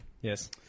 Yes